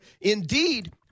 Indeed